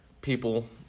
people